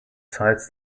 sites